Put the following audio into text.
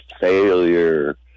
failure